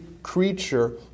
creature